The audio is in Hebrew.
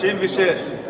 ב-1996.